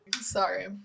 Sorry